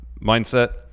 mindset